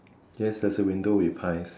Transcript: yes there's a window with pies